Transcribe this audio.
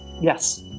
Yes